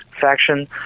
faction